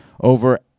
over